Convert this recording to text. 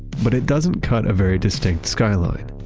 but it doesn't cut a very distinct skyline.